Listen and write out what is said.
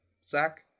sack